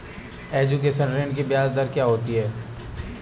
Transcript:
Education ऋृण की ब्याज दर क्या होती हैं?